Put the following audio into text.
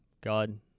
God